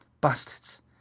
Bastards